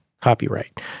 copyright